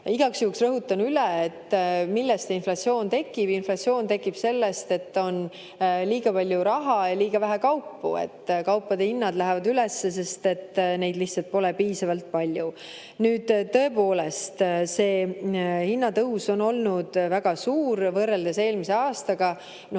Igaks juhuks rõhutan üle, millest see inflatsioon tekib. Inflatsioon tekib sellest, et on liiga palju raha ja liiga vähe kaupu. Kaupade hinnad lähevad üles, sest neid lihtsalt pole piisavalt palju. Nüüd, tõepoolest, see hinnatõus on olnud väga suur võrreldes eelmise aastaga.